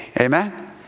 Amen